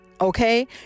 Okay